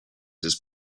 his